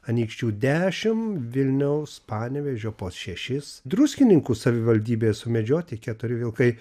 anykščių dešim vilniaus panevėžio pos šešis druskininkų savivaldybėje sumedžioti keturi vilkai